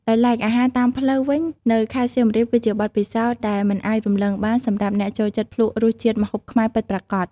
ដោយឡែកអាហារតាមផ្លូវវិញនៅខេត្តសៀមរាប គឺជាបទពិសោធន៍ដែលមិនអាចរំលងបានសម្រាប់អ្នកចូលចិត្តភ្លក្សរសជាតិម្ហូបខ្មែរពិតប្រាកដ។